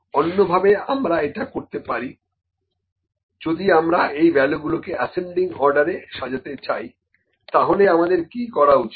অন্যভাবে আমরা এটা করতে পারি যদি আমরা এই ভ্যালুগুলোকে অ্যাসেন্ডিং অর্ডারে সাজাতে চাই তাহলে আমাদের কি করা উচিত